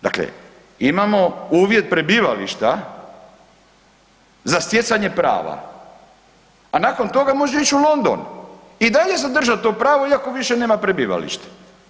Dakle, imamo uvjet prebivališta za stjecanje prava, a nakon toga može ić u London i dalje zadržat to pravo iako više nema prebivalište.